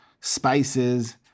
spices